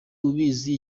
ubizi